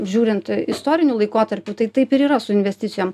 žiūrint istoriniu laikotarpiu tai taip ir yra su investicijom